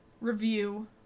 review